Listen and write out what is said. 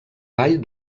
vall